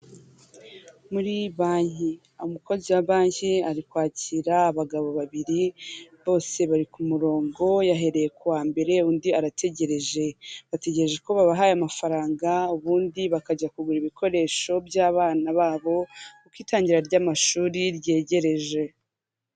Muri banki, umukozi wa banki ari kwakira abagabo babiri bose bari ku murongo yahereye ku wa mbere undi arategereje, bategereje ko babahaye amafaranga ubundi bakajya kugura ibikoresho by'abana babo kuko itangira ry'amashuri ryegereje.